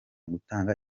gutanga